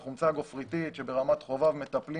זאת חומצה גופריתית שברמת חובב מטפלים